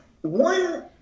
one